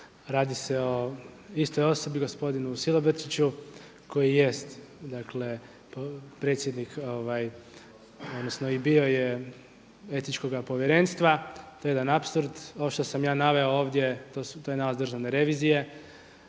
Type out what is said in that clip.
radi se o istoj osobi gospodinu Silobrčiću koji jest predsjednik i bio je Etičkoga povjerenstva, to je jedan apsurd. Ovo što sam ja naveo ovdje to je nalaz Državne revizije.